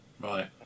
Right